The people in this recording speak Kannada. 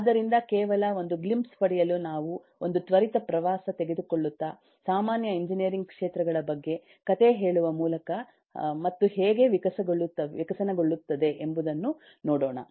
ಆದ್ದರಿಂದ ಕೇವಲ ಒಂದು ಗ್ಲಿಮ್ಪ್ಸ್ ಪಡೆಯಲು ನಾವು ಒಂದು ತ್ವರಿತ ಪ್ರವಾಸ ತೆಗೆದುಕೊಳ್ಳುತ್ತಾ ಸಾಮಾನ್ಯ ಎಂಜಿನಿಯರಿಂಗ್ ಕ್ಷೇತ್ರಗಳ ಬಗ್ಗೆ ಕಥೆ ಹೇಳುವ ಮೂಲಕಮತ್ತು ಹೇಗೆ ವಿಕಸನಗೊಳ್ಳುತ್ತದೆ ಎಂಬುದನ್ನು ನೋಡೋಣ